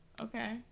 Okay